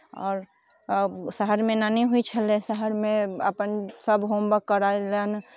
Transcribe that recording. आओर शहरमे एना नहि होइ छलै शहरमे अपन सभ होमवर्क करौलनि